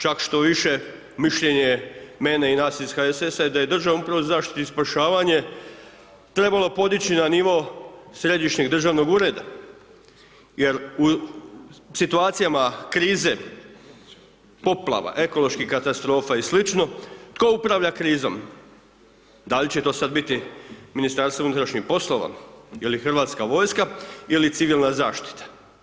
Čak što više mišljenje je mene i nas ih HSS-a da je Državnu upravu za zaštitu i spašavanje trebalo podići na nivo središnjeg državnog ureda, jer u situacijama krize poplava, ekoloških katastrofa i sl. tko upravlja krizom, da li će to sad biti MUP ili hrvatska vojska ili civilna zaštita.